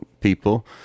people